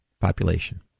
population